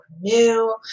new